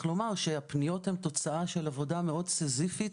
לומר שהפניות הן תוצאה של עבודה מאוד סיזיפית